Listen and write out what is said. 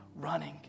running